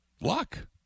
Luck